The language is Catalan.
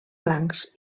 blancs